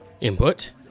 input